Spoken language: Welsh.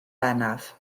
bennaf